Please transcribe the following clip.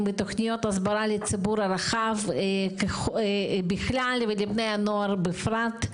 ותוכניות הסברה לציבור הרחב בכלל ולבני הנוער בפרט,